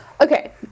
Okay